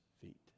feet